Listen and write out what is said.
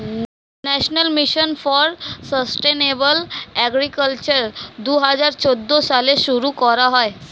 national mission for sustainable agriculture দুহাজার চৌদ্দ সালে শুরু করা হয়